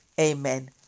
Amen